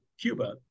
Cuba